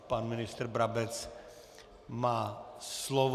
Pan ministr Brabec má slovo.